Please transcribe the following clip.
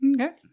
Okay